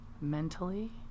mentally